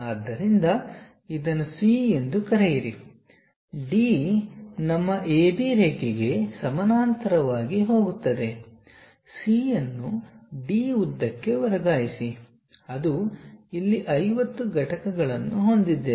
ಆದ್ದರಿಂದ ಇದನ್ನು C ಎಂದು ಕರೆಯಿರಿ D ನಮ್ಮ AB ರೇಖೆಗೆ ಸಮಾನಾಂತರವಾಗಿ ಹೋಗುತ್ತದೆ C ಅನ್ನುD ಉದ್ದಕ್ಕೆ ವರ್ಗಾಯಿಸಿ ಅದು ಇಲ್ಲಿ 50 ಘಟಕಗಳನ್ನು ಹೊಂದಿದ್ದೇವೆ